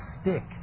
stick